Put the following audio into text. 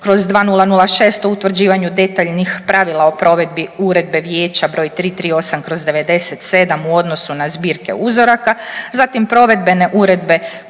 865/2006 o utvrđivanju detaljnih pravila o provedbi Uredbe Vijeća br. 338/97 u odnosu na zbirke uzoraka, zatim provedbene Uredbe